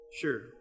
sure